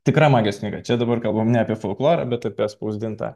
tikra magijos knyga čia dabar kalbame ne apie folklorą bet apie spausdintą